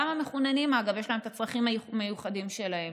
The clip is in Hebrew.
אגב, גם למחוננים יש את הצרכים המיוחדים שלהם.